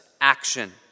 action